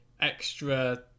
extra